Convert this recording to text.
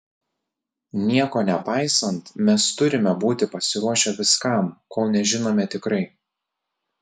nieko nepaisant mes turime būti pasiruošę viskam kol nežinome tikrai